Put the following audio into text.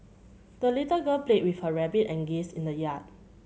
the little girl played with her rabbit and geese in the yard